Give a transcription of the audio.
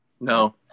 no